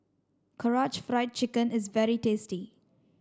Karaage Fried Chicken is very tasty